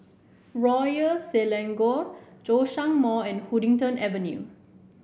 Royal Selangor Zhongshan Mall and Huddington Avenue